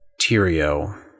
Tyrio